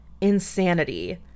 insanity